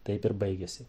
taip ir baigiasi